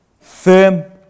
Firm